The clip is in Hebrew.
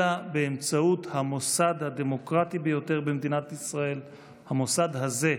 אלא באמצעות המוסד הדמוקרטי ביותר במדינת ישראל המוסד הזה,